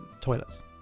toilets